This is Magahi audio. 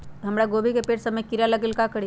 हमरा गोभी के पेड़ सब में किरा लग गेल का करी?